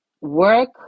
work